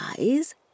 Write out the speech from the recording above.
eyes